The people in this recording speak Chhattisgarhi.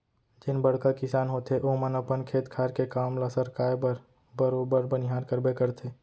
जेन बड़का किसान होथे ओमन अपन खेत खार के काम ल सरकाय बर बरोबर बनिहार करबे करथे